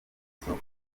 isoko